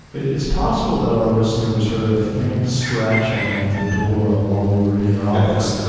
it's possible that our listeners heard a faint scratching at the door while we were in your office.